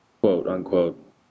quote-unquote